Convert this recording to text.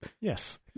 Yes